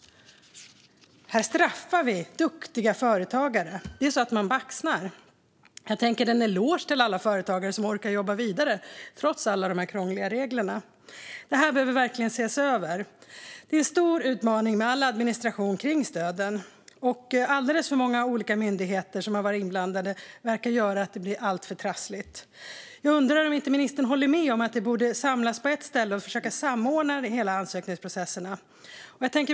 Här straffar vi alltså duktiga företagare. Det är så att man baxnar! Jag vill ge en eloge till alla företagare som orkar jobba vidare trots alla dessa krångliga regler. Det här behöver verkligen ses över. Det är en stor utmaning med all administration kring stöden. Alldeles för många olika myndigheter som har varit inblandade verkar göra att det blir alltför trassligt. Jag undrar om inte ministern håller med om att det borde samlas på ett ställe så att ansökningsprocesserna kan samordnas.